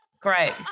Great